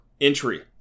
entry